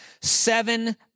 seven